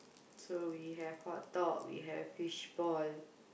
so we have hot dog we have fishball